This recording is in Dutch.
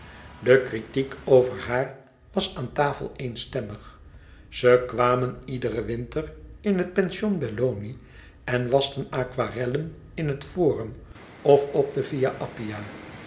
de kritiek over haar was aan tafel eenstemmig ze kwamen iederen winter in het pension belloni en waschten aquarellen in het forum of op de via appia